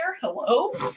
Hello